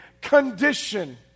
condition